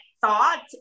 thought